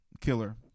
Killer